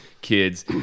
kids